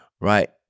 right